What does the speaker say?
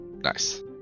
Nice